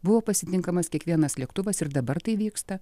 buvo pasitinkamas kiekvienas lėktuvas ir dabar tai vyksta